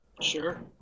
Sure